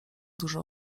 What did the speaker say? dużo